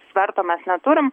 sverto mes neturim